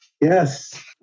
Yes